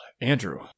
Andrew